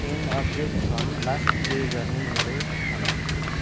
an object from last play गर्ने मेरो छनौट